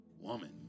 woman